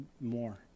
more